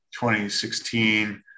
2016